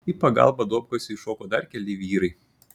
į pagalbą duobkasiui šoko dar keli vyrai